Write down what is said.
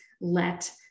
let